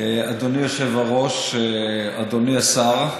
אדוני היושב-ראש, אדוני השר,